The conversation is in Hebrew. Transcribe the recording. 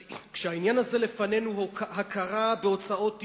אבל כשהעניין הזה לפנינו הוא הכרה בהוצאות על